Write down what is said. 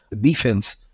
defense